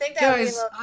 Guys